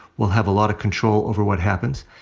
will have a lot of control over what happens.